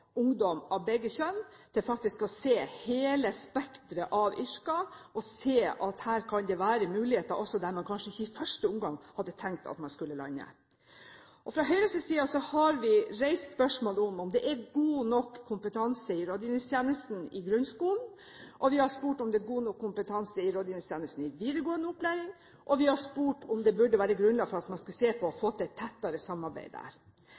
ungdom av begge kjønn til faktisk å se hele spekteret av yrker og se at her kan det være muligheter også der man kanskje ikke i første omgang hadde tenkt at man skulle lande. Fra Høyres side har vi reist spørsmålet om det er god nok kompetanse i rådgivningstjenesten i grunnskolen, vi har spurt om det er god nok kompetanse i rådgivningstjenesten i videregående opplæring, og vi har spurt om det burde være grunnlag for at man skulle se på og få til et tettere samarbeid der.